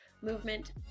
movement